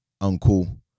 uncle